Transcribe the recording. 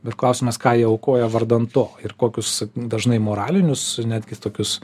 bet klausimas ką jie aukoja vardan to ir kokius dažnai moralinius netgi tokius